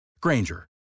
Granger